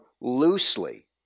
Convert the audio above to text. loosely